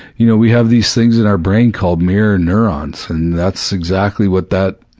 you know, we have these things in our brain called mirror neurons and that's exactly what that,